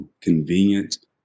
convenient